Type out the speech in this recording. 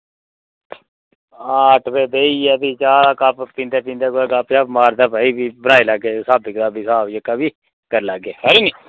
आं अट्ठ बजे हारे भी चाह् दा कप्प पींदे पींदे मारी लैगे गप्प ते बनाई लैगे जेह्का स्हाबी कताबी भी करी लैगे खरी नी